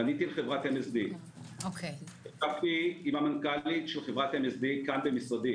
פניתי לחברת MSD, שוחחתי עם המנכ"לית כאן במשרדי.